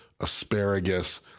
asparagus